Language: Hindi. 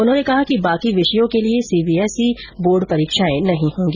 उन्होंने कहा कि बाकी विषयों के लिए C B S E board परीक्षाएं नहीं होंगी